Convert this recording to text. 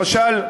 למשל,